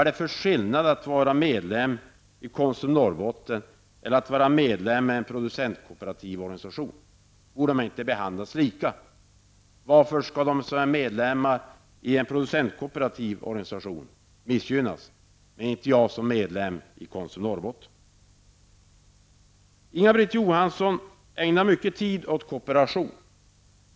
Vad är det för skillnad att vara medlem i Konsum Norrbotten och att vara medlem i en producentkooperativ organisation? Borde man inte behandlas lika oavsett var man är medlem? Varför skall de som är medlemmar i en producentkooperativ organisation missgynnas, men inte jag som medlem i Konsum Norrbotten? Inga-Britt Johansson ägnar mycket tid åt kooperation.